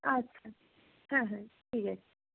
আচ্ছা হ্যাঁ হ্যাঁ ঠিক